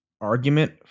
argument